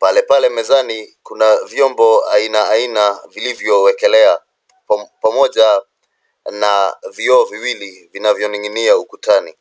Pale pale mezani kuna vyombo aina aina vilivyoekelewa, pamoja na vioo viwili vinavyoning'inia ukutani.